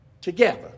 together